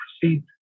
proceed